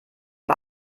war